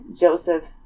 Joseph